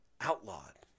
outlawed